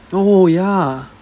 oh ya